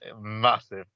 massive